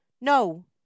No